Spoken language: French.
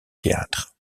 théâtre